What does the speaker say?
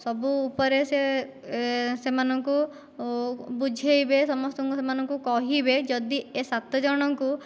ସବୁ ଉପରେ ସେ ସେମାନଙ୍କୁ ବୁଝେଇବେ ସମସ୍ତଙ୍କୁ ସେମାନଙ୍କୁ କହିବେ ଯଦି ଏ ସାତ ଜଣଙ୍କୁ